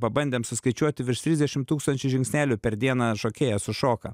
pabandėm suskaičiuoti virš trisdešim tūkstančių žingsnelių per dieną šokėjas sušoka